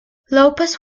lopes